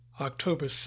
October